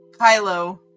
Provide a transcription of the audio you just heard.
Kylo